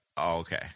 okay